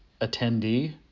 attendee